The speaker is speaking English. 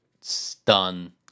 stun